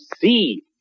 see